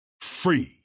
free